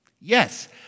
Yes